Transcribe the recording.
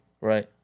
Right